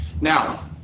Now